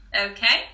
Okay